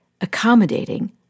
accommodating